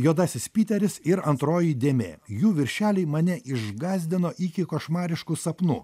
juodasis piteris ir antroji dėmė jų viršeliai mane išgąsdino iki košmariškų sapnų